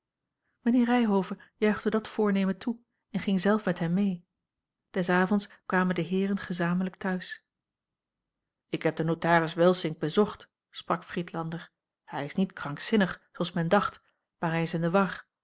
mijnheer ryhove juichte dat voornemen toe en ging zelf met hem mee des avonds kwamen de heeren gezamenlijk thuis ik heb den notaris welsink bezocht sprak dr friedlander hij is niet krankzinnig zooals men dacht maar hij is in de war